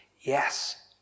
Yes